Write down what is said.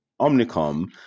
Omnicom